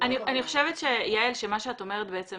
אני חושבת שמה שאת אומרת בעצם